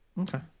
Okay